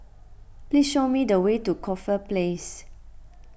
please show me the way to Corfe Place